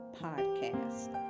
podcast